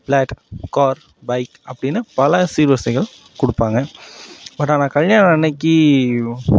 plot car bike அப்படின்னு பல சீர்வரிசைகள் கொடுப்பாங்க பட் ஆனால் கல்யாணம் அன்னைக்கி